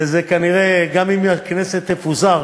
וזה, כנראה, גם אם הכנסת תפוזר